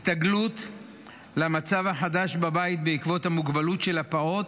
הסתגלות למצב החדש בבית בעקבות המוגבלות של הפעוט,